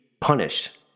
punished